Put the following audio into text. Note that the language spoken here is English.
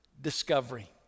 discovery